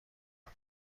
کمک